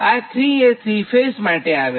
આ ૩ એ three phase માટે આવે છે